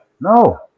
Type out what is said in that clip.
No